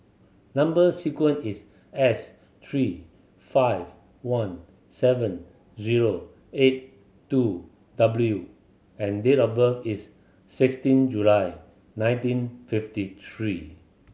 number sequence is S three five one seven zero eight two W and date of birth is sixteen July nineteen fifty three